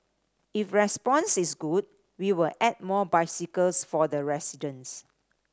if response is good we will add more bicycles for the residents